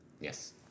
Yes